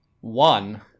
One